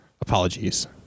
apologies